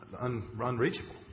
unreachable